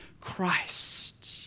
Christ